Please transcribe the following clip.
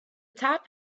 top